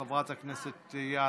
תורה של חברת הכנסת יאלוב.